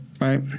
Right